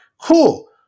Cool